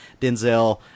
Denzel